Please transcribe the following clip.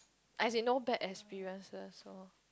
as in no bad experiences so